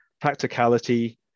practicality